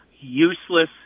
useless